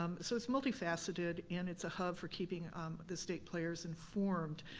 um so it's multi-faceted, and it's a hub for keeping the state players informed.